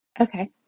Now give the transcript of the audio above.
Okay